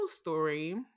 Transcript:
story